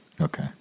Okay